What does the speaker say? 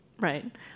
Right